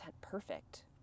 perfect